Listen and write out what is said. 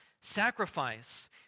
sacrifice